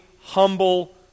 humble